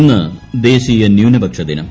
ഇന്ന് ദേശീയ ന്യൂനപക്ഷ ദിനം